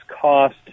cost